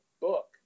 book